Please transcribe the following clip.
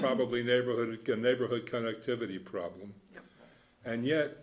probably neighborhood rick a neighborhood kind of activity problem and yet